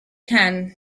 can